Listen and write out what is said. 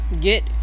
Get